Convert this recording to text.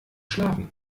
schlafen